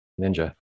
ninja